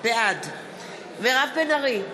בעד מירב בן ארי,